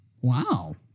wow